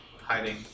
hiding